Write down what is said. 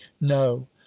no